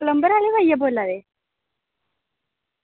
plumber आह्ले भैया बोला दे